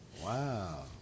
Wow